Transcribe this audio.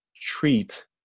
treat